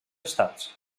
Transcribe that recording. estats